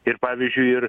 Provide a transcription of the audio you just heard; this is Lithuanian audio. ir pavyzdžiui ir